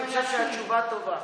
כי אני חושב שהתשובה טובה.